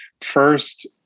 first